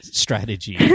strategy